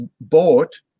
bought